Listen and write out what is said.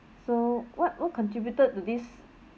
so what what contributed to this